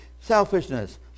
selfishness